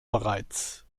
bereits